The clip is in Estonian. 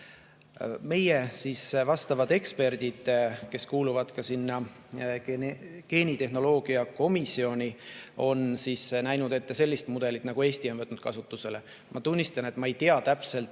Meie vastavad eksperdid, kes kuuluvad ka geenigeenitehnoloogia komisjoni, on näinud ette sellist mudelit, nagu Eesti on võtnud kasutusele. Ma tunnistan, et ma ei tea täpselt,